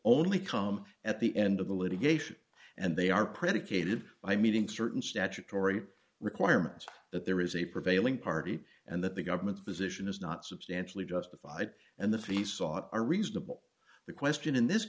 only come at the end of the litigation and they are predicated by meeting certain statutory requirements that there is a prevailing party and that the government's position is not substantially justified and the fee sought are reasonable the question in this